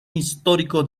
histórico